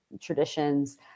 traditions